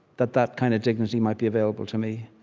that that kind of dignity might be available to me.